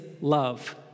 love